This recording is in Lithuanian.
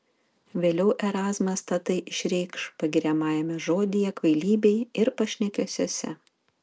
vėliau erazmas tatai išreikš pagiriamajame žodyje kvailybei ir pašnekesiuose